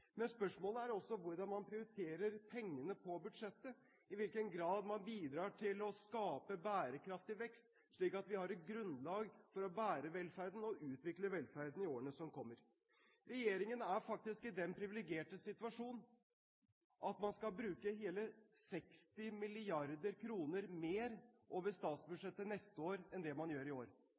Men spørsmålet er også hvordan man prioriterer pengene på budsjettet – i hvilken grad man bidrar til å skape bærekraftig vekst slik at vi har et grunnlag for å bære velferden og utvikle velferden i årene som kommer. Regjeringen er faktisk i den privilegerte situasjon at man skal bruke hele 60 mrd. kr mer over statsbudsjettet neste år enn det man gjør i år.